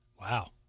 Wow